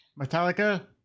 metallica